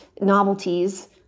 novelties